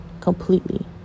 completely